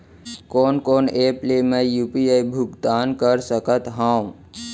कोन कोन एप ले मैं यू.पी.आई भुगतान कर सकत हओं?